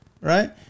right